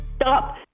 Stop